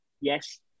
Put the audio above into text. Yes